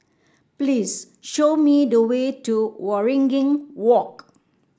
please show me the way to Waringin Walk